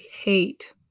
hate